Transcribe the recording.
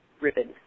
ribbon